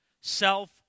Self